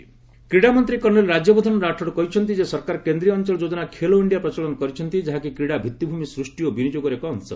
Khelo India କ୍ରୀଡାମନ୍ତ୍ରୀ colonel Rajyavardhan Rathore କହିଛନ୍ତି ଯେ ସରକାର କେନ୍ଦ୍ରୀୟ ଅଞ୍ଚଳ ଯୋଜନା ଖେଲୋ ଇଣ୍ଡିଆ ପ୍ରଚଳନ କରିଛନ୍ତି ଯାହାକି କ୍ରୀଡା ଭିତ୍ତିଭୂମି ସ୍କଷ୍ଟି ଓ ବିନିଯୋଗର ଏକ ଅଂଶ